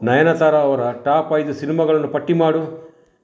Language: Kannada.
ನಯನತಾರಾ ಅವರ ಟಾಪ್ ಐದು ಸಿನ್ಮಾಗಳನ್ನೂ ಪಟ್ಟಿ ಮಾಡು